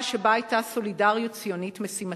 שבה היתה סולידריות ציונית משימתית.